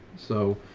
so,